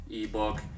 ebook